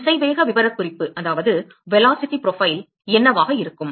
திசைவேக விவரக்குறிப்பு என்னவாக இருக்கும்